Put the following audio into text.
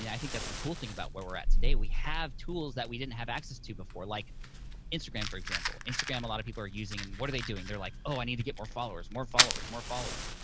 yeah i think that's the cool thing about where we're at today. we have tools that we didn't have access to before, like instagram, for example. instagram, a lot of people are using, and what are they doing? they're like, oh, i need to get more followers, more followers, more followers!